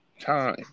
time